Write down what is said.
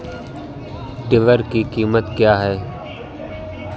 Tiller की कीमत क्या है?